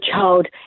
child